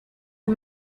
are